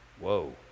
Whoa